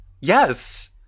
Yes